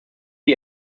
die